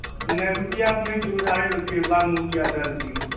नहि रुपैआ तऽ नहि छै उधारे लतियैर बादमे रुपैआ दै देतियै